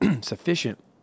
sufficient